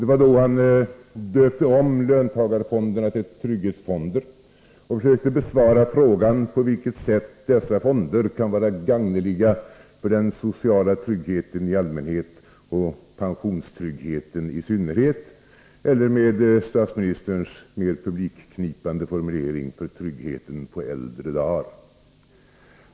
Det var då han döpte om löntagarfonderna till trygghetsfonder och försökte besvara frågan på vilket sätt dessa fonder kan vara gagneliga för den sociala tryggheten i allmänhet och pensionstryggheten i synnerhet — eller med statsministerns mer publikknipande formulering: för tryggheten på äldre dar.